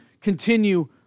continue